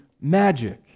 magic